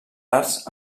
arts